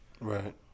right